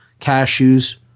cashews